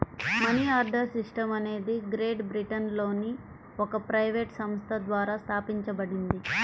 money order system అనేది great బ్రిటన్లోని ఒక ప్రైవేట్ సంస్థ ద్వారా స్థాపించబడింది